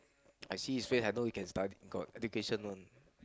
I see his face I know he can study got education one